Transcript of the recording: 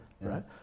right